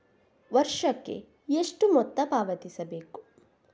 ವರ್ಷಕ್ಕೆ ಎಷ್ಟು ಮೊತ್ತ ಪಾವತಿಸಬೇಕು?